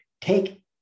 take